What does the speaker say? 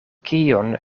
kion